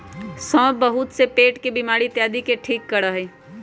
सौंफ बहुत से पेट के बीमारी इत्यादि के ठीक करा हई